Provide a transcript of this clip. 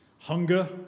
Hunger